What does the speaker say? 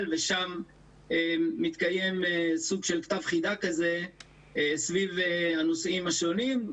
ושם מתקיים סוג של כתב חידה כזה סביב הנושאים השונים,